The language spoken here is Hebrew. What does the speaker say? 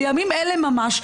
בימים אלה ממש,